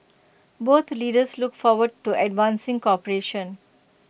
both leaders look forward to advancing cooperation